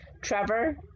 Trevor